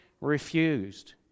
refused